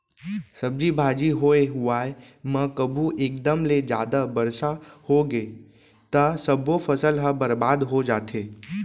सब्जी भाजी होए हुवाए म कभू एकदम ले जादा बरसा होगे त सब्बो फसल ह बरबाद हो जाथे